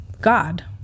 God